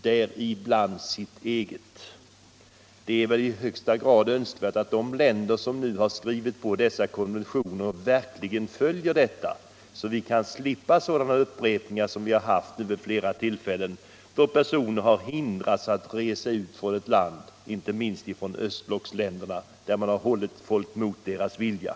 däribland sitt eget.” Det är i högsta grad angeläget att alla länder följer dessa regler så att vi slipper upprepningar av det som vi har bevittnat vid flera tillfällen, nämligen att personer har hindrats att resa ut från ett land, inte minst från östblocket, där man har kvarhållit människor mot deras vilja.